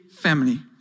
Family